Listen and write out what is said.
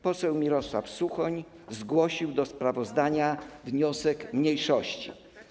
Poseł Mirosław Suchoń zgłosił do sprawozdania wniosek mniejszości.